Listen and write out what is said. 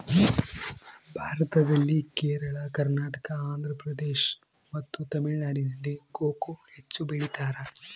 ಭಾರತದಲ್ಲಿ ಕೇರಳ, ಕರ್ನಾಟಕ, ಆಂಧ್ರಪ್ರದೇಶ್ ಮತ್ತು ತಮಿಳುನಾಡಿನಲ್ಲಿ ಕೊಕೊ ಹೆಚ್ಚು ಬೆಳಿತಾರ?